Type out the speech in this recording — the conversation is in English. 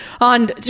on